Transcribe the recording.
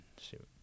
shoot